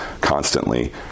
constantly